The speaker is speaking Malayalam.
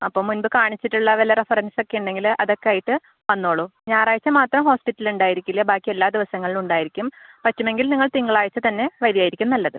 അപ്പോൾ മുൻപ് കാണിച്ചിട്ടുള്ള വല്ല റഫറൻസൊക്കെ ഉണ്ടെങ്കിൽ അതൊക്കായിട്ട് വന്നോളൂ ഞായറാഴ്ച മാത്രം ഹോസ്പിറ്റലുണ്ടായിരിക്കില്ല ബാക്കി എല്ലാ ദിവസങ്ങളുണ്ടായിരിക്കും പറ്റുമെങ്കിൽ നിങ്ങൾ തിങ്കളാഴ്ച തന്നെ വരുകയായിരിക്കും നല്ലത്